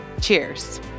Cheers